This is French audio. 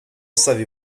savez